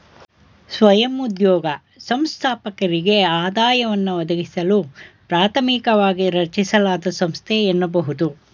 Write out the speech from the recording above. ಸ್ವಯಂ ಉದ್ಯೋಗ ಸಂಸ್ಥಾಪಕರಿಗೆ ಆದಾಯವನ್ನ ಒದಗಿಸಲು ಪ್ರಾಥಮಿಕವಾಗಿ ರಚಿಸಲಾದ ಸಂಸ್ಥೆ ಎನ್ನಬಹುದು